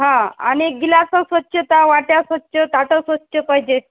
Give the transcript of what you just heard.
हां आणि एक गिलासं स्वच्छ त वाट्या स्वच्छ ताट स्वच्छ पाहिजे